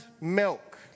milk